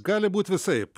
gali būt visaip